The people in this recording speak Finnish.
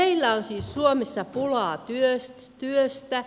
meillä on siis suomessa pulaa työstä